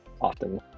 often